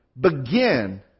begin